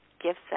gifts